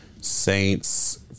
saints